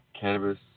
cannabis